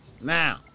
now